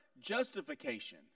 justification